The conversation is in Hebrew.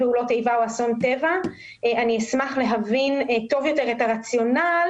אני אשמח להבין טוב יותר את הרציונל